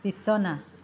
বিছনা